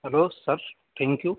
hello sir thank you